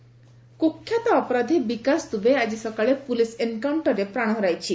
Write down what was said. ବିକାଶ ଦୁବେ କୁଖ୍ୟାତ ଅପରାଧୀ ବିକାଶ ଦୁବେ ଆଜି ସକାଳେ ପୁଲିସ୍ ଏନ୍କାଉଣ୍ଟରରେ ପ୍ରାଣ ହରାଇଛି